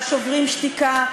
על "שוברים שתיקה"